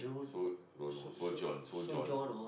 so~ don't know sojourn sojourn